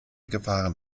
gefahren